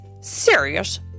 serious